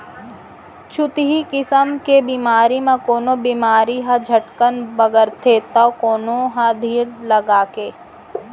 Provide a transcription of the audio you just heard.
छुतही किसम के बेमारी म कोनो बेमारी ह झटकन बगरथे तौ कोनो ह धीर लगाके